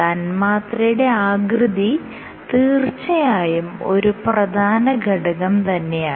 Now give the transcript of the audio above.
തന്മാത്രയുടെ ആകൃതി തീർച്ചയായും ഒരു പ്രധാനഘടകം തന്നെയാണ്